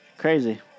Crazy